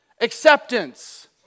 Acceptance